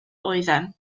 oeddem